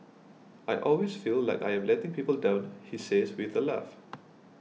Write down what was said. I always feel like I am letting people down he says with a laugh